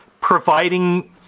providing